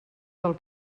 del